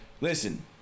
Listen